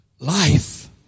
Life